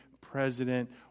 president